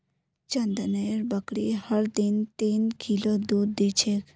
चंदनेर बकरी हर दिन तीन किलो दूध दी छेक